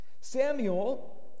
Samuel